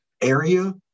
area